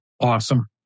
Awesome